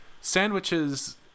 sandwiches